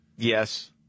Yes